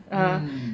mm